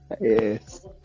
Yes